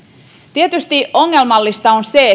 tietysti ongelmallista on se